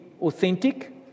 authentic